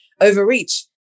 overreach